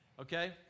Okay